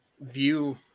view